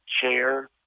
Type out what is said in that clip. chair